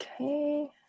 Okay